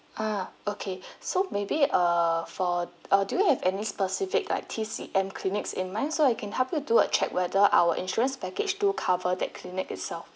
ah okay so maybe err for uh do you have any specific like T_C_M clinics in mind so I can help you to do a check whether our insurance package do cover that clinic itself